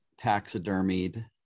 taxidermied